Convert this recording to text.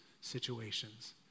situations